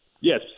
Yes